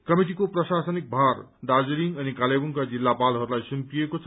कमिटिको प्रशासनिक भार दार्जीलिङ अलि कालेबुङ्का जिल्लापालहरूलाई सुम्पिएको छ